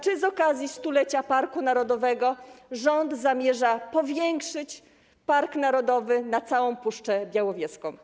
Czy z okazji stulecia parku narodowego rząd zamierza powiększyć park narodowy na całą Puszczę Białowieską?